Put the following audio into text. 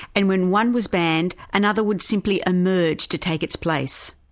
and when one was banned, another would simply emerge to take its place.